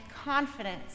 confidence